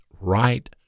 right